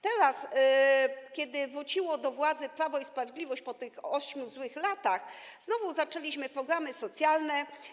Teraz, kiedy wróciło do władzy Prawo i Sprawiedliwość po tych ośmiu złych latach, znowu zaczęliśmy programy socjalne.